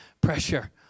pressure